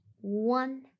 one